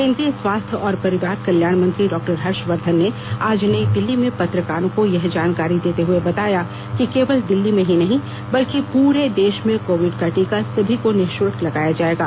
केंद्रीय स्वास्थ्य और परिवार कल्याण मंत्री डॉक्टर हर्षवर्धन ने आज नई दिल्ली में पत्रकारों को यह जानकारी देते हुए बताया कि केवल दिल्ली में ही नहीं बल्कि पूरे देश में कोविड का टीका सभी को निशुल्क लगाया जाएगा